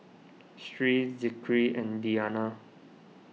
Sri Zikri and Diyana